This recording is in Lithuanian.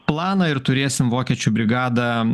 planą ir turėsim vokiečių brigadą